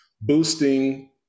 boosting